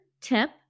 tip